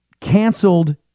canceled